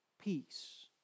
peace